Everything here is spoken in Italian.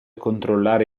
controllare